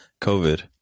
COVID